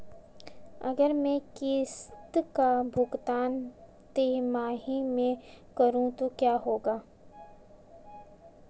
अगर मैं किश्त का भुगतान तिमाही में करूं तो क्या होगा?